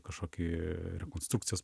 kažkokį rekonstrukcijos